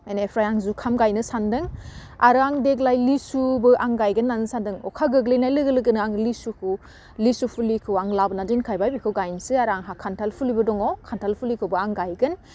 बिनिफ्राय आं जुखाम गायनो सानदों आरो आं देग्लाय लिसुबो आं गायगोन होन्नानै सानदों अखा गोग्लैनाय लोगो लोगोनो आं लिसुखौ लिसु फुलिखौ आं लाबोनानै दोनखायबाय बेखौ गायनसै आरो आंहा खान्थाल फुलिबो दङ खान्थाल फुलिखौबो आं गायगोन